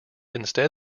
instead